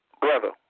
Brother